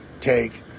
take